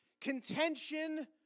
contention